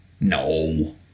No